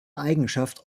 eigenschaft